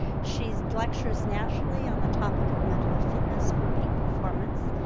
she and lectures nationally on the topic of mental fitness for peak performance.